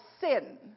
sin